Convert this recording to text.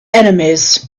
enemies